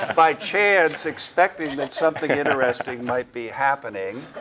by chance, expecting that something interesting might be happening.